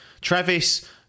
Travis